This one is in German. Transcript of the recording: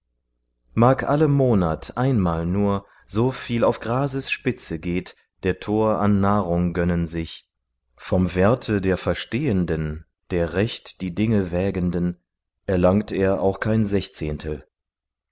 mag alle monat einmal nur so viel auf grases spitze geht der tor an nahrung gönnen sich vom werte der verstehenden der recht die dinge wägenden erlangt er auch kein